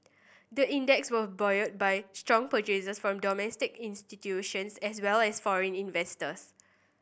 the index was buoyed by strong purchases from domestic institutions as well as foreign investors